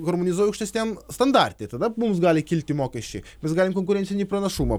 harmonizuoji aukštesniam standarte tada mums gali kilti mokesčiai mes galim konkurencinį pranašumą